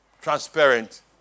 transparent